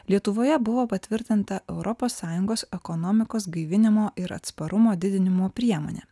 lietuvoje buvo patvirtinta europos sąjungos ekonomikos gaivinimo ir atsparumo didinimo priemonė